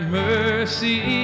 mercy